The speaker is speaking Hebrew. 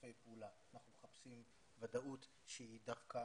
ולשיתופי פעולה, אנחנו מחפשים ודאות שהיא דווקא